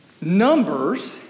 Numbers